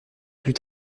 plus